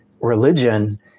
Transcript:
religion